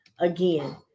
again